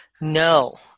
No